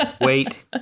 Wait